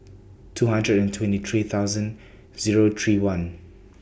two hundred and twenty three thousand Zero three one